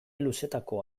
luzetako